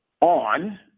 on